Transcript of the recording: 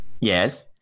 Yes